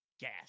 gas